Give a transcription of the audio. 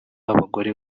w’abagore